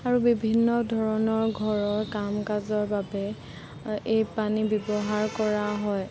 আৰু বিভিন্ন ধৰণৰ ঘৰৰ কাম কাজৰ বাবে এই পানী ব্যৱহাৰ কৰা হয়